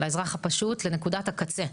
לאזרח הפשוט, לנקודת הקצה.